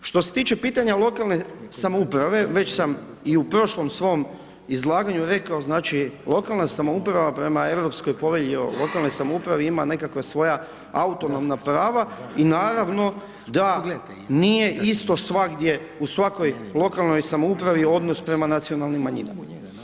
Što se tiče pitanja lokalne samouprave, već sam i u prošlom svom izlaganju rekao, znači, lokalna samouprava prema Europskoj povelji o lokalnoj samoupravi, ima nekakva svoja autonomna prava, i naravno da nije isto svagdje u svakom lokalnoj samoupravi odnos prema nacionalnim manjinama.